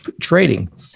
trading